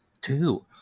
two